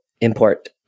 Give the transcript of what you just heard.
import